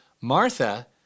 Martha